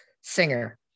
Singer